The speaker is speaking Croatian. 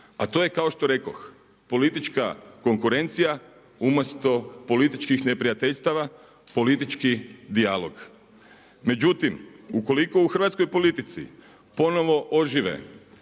A to je kao što rekoh politička konkurencija umjesto političkih neprijateljstava, politički dijalog. Međutim, ukoliko u hrvatskoj politici ponovo ožive